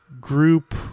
group